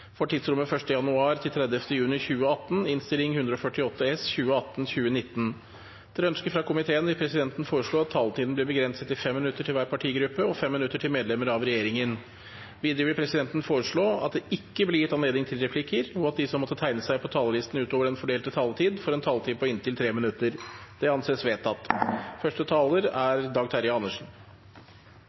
vil presidenten foreslå at taletiden blir begrenset til 5 minutter til hver partigruppe og 5 minutter til medlemmer av regjeringen. Videre vil presidenten foreslå at det ikke blir gitt anledning til replikkordskifte, og at de som måtte tegne seg på talerlisten utover den fordelte taletid, får en taletid på inntil 3 minutter. – Det anses vedtatt. Ingen har bedt om ordet til sak nr. 6. God tilgang til forskning er